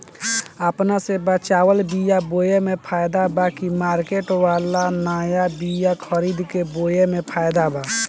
अपने से बचवाल बीया बोये मे फायदा बा की मार्केट वाला नया बीया खरीद के बोये मे फायदा बा?